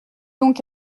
donc